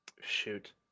shoot